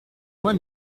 moi